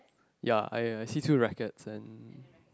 ya I I see two rackets and